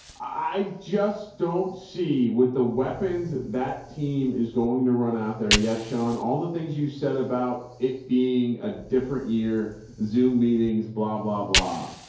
i just don't see with the weapons that team is going to run out there. yes, sean, all the things you said about it being a different year zoom meetings, blah, blah, blah.